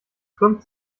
krümmt